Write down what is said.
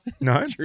No